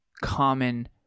common